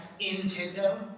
Nintendo